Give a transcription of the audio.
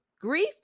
grief